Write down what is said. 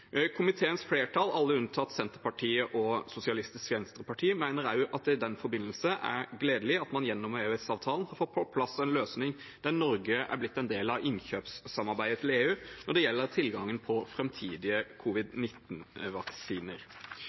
Komiteens flertall, alle unntatt Senterpartiet og Sosialistisk Venstreparti, mener også at det i den forbindelse er gledelig at man gjennom EØS-avtalen får på plass en løsning der Norge er blitt en del av innkjøpssamarbeidet til EU når det gjelder tilgangen på framtidige